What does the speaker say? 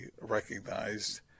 recognized